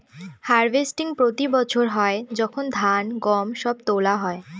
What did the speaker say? harvesting প্রতি বছর হয় যখন ধান, গম সব তোলা হয়